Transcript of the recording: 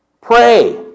Pray